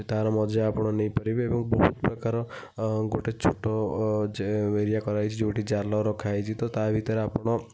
ତା'ର ମଜା ଆପଣ ନେଇପାରିବେ ଏବଂ ବହୁତ ପ୍ରକାର ଗୋଟେ ଛୋଟ ଏରିଆ କରାହୋଇଛି ଯେଉଁଠି ଜାଲ ରଖାହୋଇଛି ତ ତା ଭିତରେ ଆପଣ